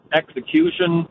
execution